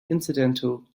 incidental